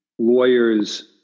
lawyers